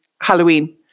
Halloween